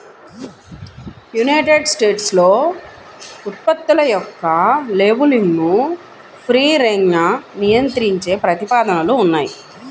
United స్టేట్స్లో ఉత్పత్తుల యొక్క లేబులింగ్ను ఫ్రీ రేంజ్గా నియంత్రించే ప్రతిపాదనలు ఉన్నాయి